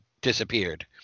disappeared